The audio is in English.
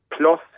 plus